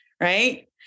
right